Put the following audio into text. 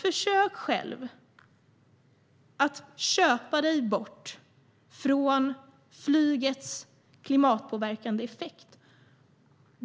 Försök själv att köpa dig bort från flygets klimatpåverkande effekt!